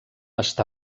està